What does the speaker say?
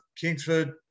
Kingsford